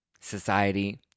society